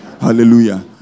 Hallelujah